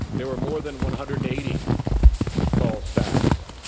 there were more than one hundred and eighty tall stacks.